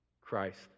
Christ